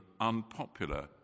unpopular